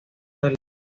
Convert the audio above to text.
del